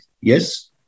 Yes